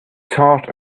thought